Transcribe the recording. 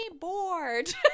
bored